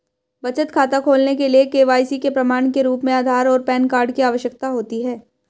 बचत खाता खोलने के लिए के.वाई.सी के प्रमाण के रूप में आधार और पैन कार्ड की आवश्यकता होती है